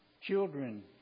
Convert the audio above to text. children